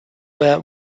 were